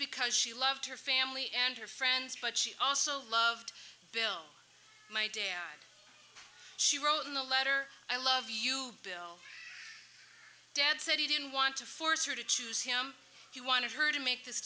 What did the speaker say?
because she loved her family and her friends but she also loved bill my dad she wrote in the letter i love you bill dad said he didn't want to force her to choose him he wanted her to make this